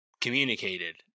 communicated